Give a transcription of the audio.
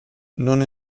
non